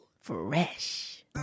Fresh